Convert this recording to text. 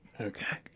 Okay